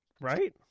Right